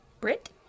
Brit